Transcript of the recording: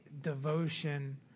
devotion